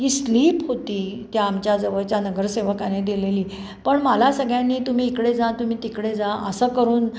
ती स्लीप होती त्या आमच्याजवळच्या नगरसेवकाने दिलेली पण मला सगळ्यांनी तुम्ही इकडे जा तुम्ही तिकडे जा असं करून